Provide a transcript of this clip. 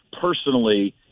personally